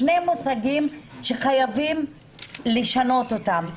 שני מושגים שחייבים לשנות אותם.